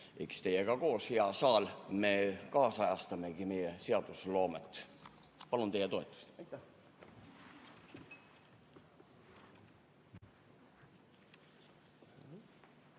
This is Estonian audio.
Eks teiega koos, hea saal, me kaasajastamegi meie seadusloomet. Palun teie toetust! Aitäh!